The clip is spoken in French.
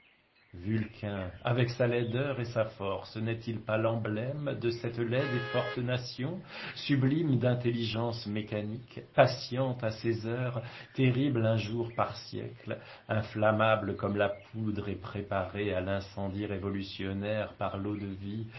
avec sa laideur et sa force n'est-il pas l'emblème de cette laide et forte nation sublime d'intelligence mécanique patiente à ses heures terrible un jour par siècle inflammable comme la poudre et préparée à l'incendie révolutionnaire par l'eau-de-vie